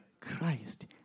Christ